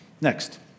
next